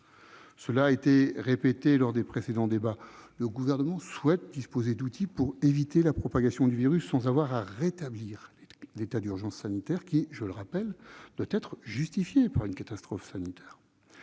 il a été répété lors des précédents débats, le Gouvernement souhaite disposer d'outils pour éviter la propagation du virus sans avoir à rétablir l'état d'urgence sanitaire. Rappelons que celui-ci doit être justifié par une catastrophe sanitaire.